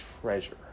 treasure